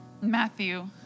Matthew